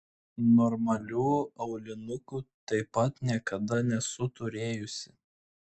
normalių aulinukų taip pat niekada nesu turėjusi